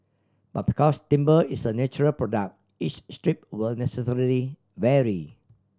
but because timber is a natural product each strip will necessarily vary